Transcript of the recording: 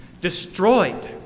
destroyed